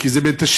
כי זה בתשלום,